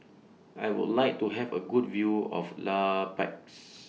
I Would like to Have A Good View of La Paz